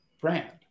brand